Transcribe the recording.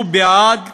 שהוא בעד